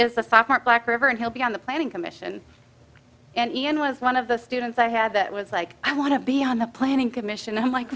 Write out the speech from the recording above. heart black river and he'll be on the planning commission and was one of the students i had that was like i want to be on the planning commission and i'm like